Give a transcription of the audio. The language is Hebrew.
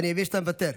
ואני מבין שאתה מוותר.